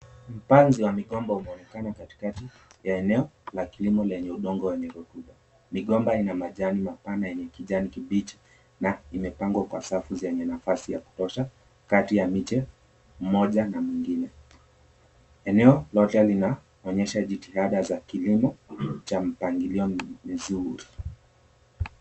Upanzi wa migomba unaonekana katikati ya eneo la kilimo lenye udongo wa rotuba . Migomba yenye majani mapana yenye kijani kibichi na imepangwa kwenye safu ya nafasi ya kutosha kati ya miche mmoja na mwingine. Eneo lote linaonyesha jitihada za kilimo cha mpangilio mzuri.